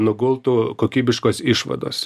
nugultų kokybiškos išvados